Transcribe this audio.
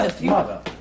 mother